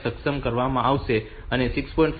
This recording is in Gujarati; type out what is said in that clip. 5 સક્ષમ કરવામાં આવશે અને 6